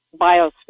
biosphere